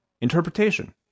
interpretation